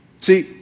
See